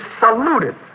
saluted